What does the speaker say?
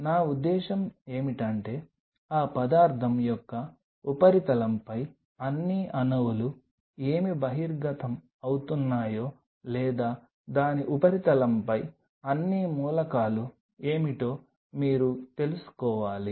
నా ఉద్దేశ్యం ఏమిటంటే ఆ పదార్థం యొక్క ఉపరితలంపై అన్ని అణువులు ఏమి బహిర్గతం అవుతున్నాయో లేదా దాని ఉపరితలంపై అన్ని మూలకాలు ఏమిటో మీరు తెలుసుకోవాలి